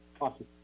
awesome